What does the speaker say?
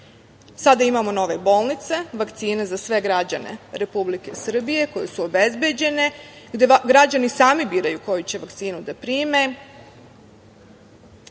imamo nove bolnice, vakcine za sve građane Republike Srbije koje su obezbeđene, građani sami biraju koju će vakcinu da prime,